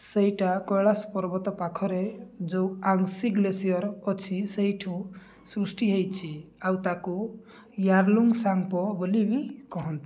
ସେଇଟା କୈଳାସ ପର୍ବତ ପାଖରେ ଯେଉଁ ଆଙ୍ଗ୍ସି ଗ୍ଲେସିୟର୍ ଅଛି ସେଇଠୁ ସୃଷ୍ଟି ହେଇଛି ଆଉ ତାକୁ ୟାର୍ଲୁଙ୍ଗ୍ ସାଙ୍ଗ୍ପୋ ବୋଲି ବି କହନ୍ତି